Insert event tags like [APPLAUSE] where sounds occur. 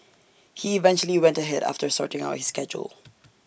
he eventually went ahead after sorting out his schedule [NOISE]